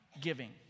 giving